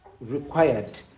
required